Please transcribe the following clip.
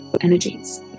energies